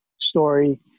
Story